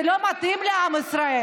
זה לא מתאים לעם ישראל.